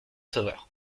sauveur